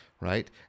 right